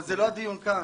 אבל זה לא הדיון כאן.